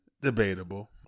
Debatable